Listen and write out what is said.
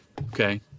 okay